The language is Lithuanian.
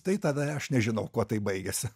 tai tada aš nežinau kuo tai baigėsi